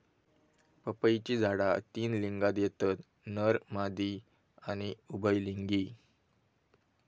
पपईची झाडा तीन लिंगात येतत नर, मादी आणि उभयलिंगी